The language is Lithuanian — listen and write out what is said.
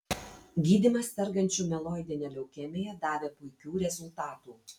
gydymas sergančių mieloidine leukemija davė puikių rezultatų